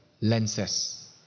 lenses